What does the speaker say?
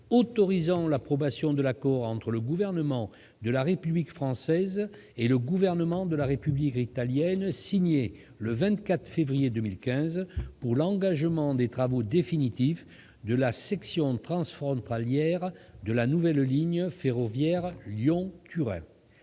autorisant l'approbation de l'accord entre le Gouvernement de la République française et le Gouvernement de la République italienne signé le 24 février 2015 pour l'engagement des travaux définitifs de la section transfrontalière de la nouvelle ligne ferroviaire Lyon-Turin